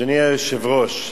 אדוני היושב-ראש,